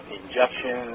injection